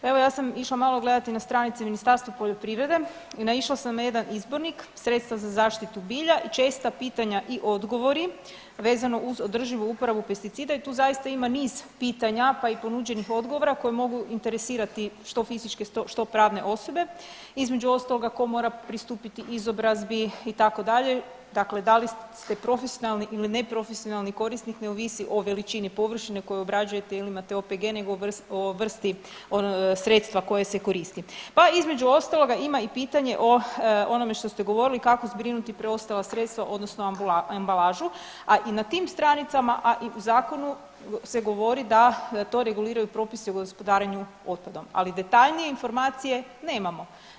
Evo ja sam išla malo gledati na stranice Ministarstva poljoprivrede i naišla sam na jedan izbornik Sredstva za zaštitu bilja i česta pitanja i odgovori vezano uz održivu uporabu pesticida i tu zaista ima niz pitanja, pa i ponuđenih odgovora koji mogu interesirati što fizičke, što pravne osobe, između ostaloga ko mora pristupiti izobrazbi itd., dakle da li ste profesionalni ili ne profesionalni korisnik ne ovisi o veličini površine koju obrađujete ili imate OPG nego o vrsti sredstava koje se koristi, pa između ostaloga ima i pitanje o onome što ste govorili kako zbrinuti preostala sredstva odnosno ambalažu, a i na tim stranicama, a i u zakonu se govori da to reguliraju propisi o gospodarenju otpadom, ali detaljnije informacije nemamo.